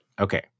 Okay